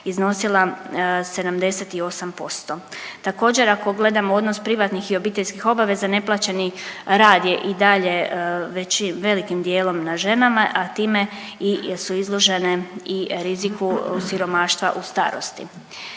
iznosila 78 posto. Također ako gledamo odnos privatnih i obiteljskih obaveza neplaćeni rad je i dalje velikim dijelom na ženama, a time i jer su izložene i riziku siromaštva u starosti.